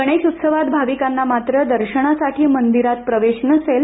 गणेशोत्सवात भविकांना मात्र दर्शनासाठी मंदीरात प्रवेश नसेल